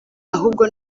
ahubwo